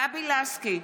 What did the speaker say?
גבי לסקי,